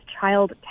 child